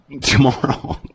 tomorrow